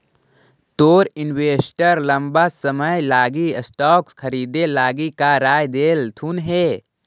तोर इन्वेस्टर लंबा समय लागी स्टॉक्स खरीदे लागी का राय देलथुन हे?